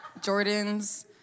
Jordans